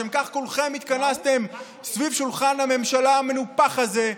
לשם כך כולכם התכנסתם סביב שולחן הממשלה המנופח הזה,